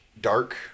dark